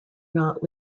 not